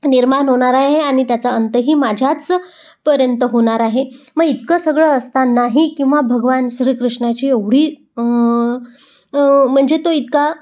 निर्माण होणार आहे आणि त्याचा अंतही माझ्याच पर्यंत होणार आहे मग इतकं सगळं असतानाही किंवा भगवान श्रीकृष्णाची एवढी म्हणजे तो इतका